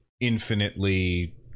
infinitely